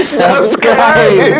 subscribe